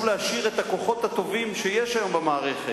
להשאיר את הכוחות הטובים שיש היום במערכת,